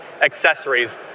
accessories